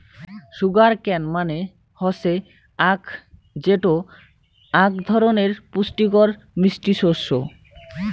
sugar cane মানে হসে আখ যেটো আক ধরণের পুষ্টিকর মিষ্টি শস্য